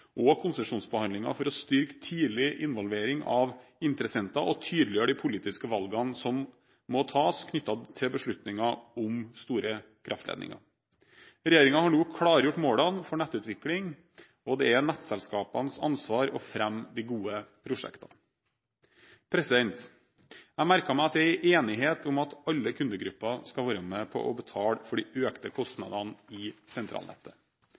og konsesjonsbehandlingen for å styrke tidlig involvering av interessenter og tydeliggjøre de politiske valgene som må tas knyttet til beslutningen om store kraftledninger. Regjeringen har nå klargjort målene for nettutvikling, og det er nettselskapenes ansvar å fremme de gode prosjektene. Jeg merker meg at det er enighet om at alle kundegruppene skal være med på å betale for de økte kostnadene i sentralnettet.